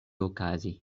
okazi